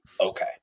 okay